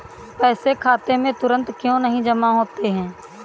पैसे खाते में तुरंत क्यो नहीं जमा होते हैं?